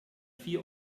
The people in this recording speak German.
vier